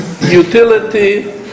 utility